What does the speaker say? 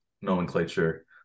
nomenclature